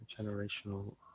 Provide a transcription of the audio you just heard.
generational